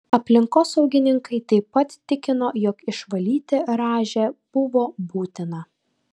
aplinkosaugininkai taip pat tikino jog išvalyti rąžę buvo būtina